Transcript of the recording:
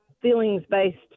feelings-based